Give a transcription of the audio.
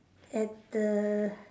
at the